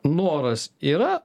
noras yra